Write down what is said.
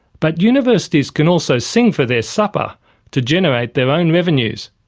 but universities can also sing for their supper to generate their own revenues.